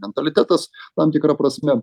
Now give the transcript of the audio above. mentalitetas tam tikra prasme